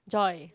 Joy